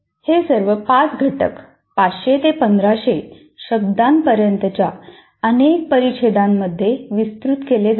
हे सर्व 5 घटक 500 ते 1500 शब्दांपर्यंतच्या अनेक परिच्छेदांमध्ये विस्तृत केले जावेत